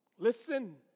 Listen